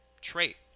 trait